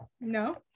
No